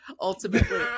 ultimately